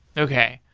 okay.